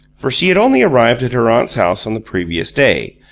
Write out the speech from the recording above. for she had only arrived at her aunt's house on the previous day,